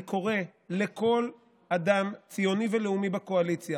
אני קורא לכל אדם ציוני ולאומי בקואליציה